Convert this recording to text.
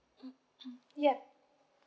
yup